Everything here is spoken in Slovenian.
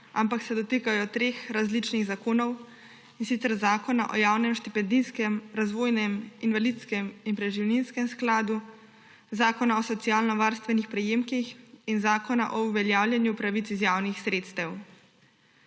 ampak se dotikajo treh različnih zakonov, in sicer zakona o javnem štipendijskem, razvojnem, invalidskem in preživninskem skladu, zakona o socialnovarstvenih prejemkih in zakona o uveljavljanju pravic iz javnih sredstev.